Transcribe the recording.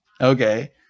okay